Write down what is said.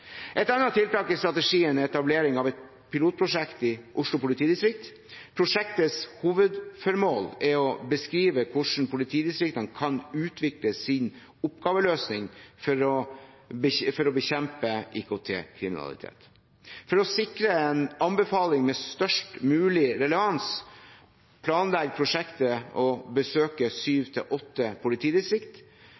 Et annet tiltak i strategien er etablering av et pilotprosjekt i Oslo politidistrikt. Prosjektets hovedformål er å beskrive hvordan politidistriktene kan utvikle sin oppgaveløsning for å bekjempe IKT-kriminalitet. For å sikre en anbefaling med størst mulig relevans planlegger prosjektgruppen å besøke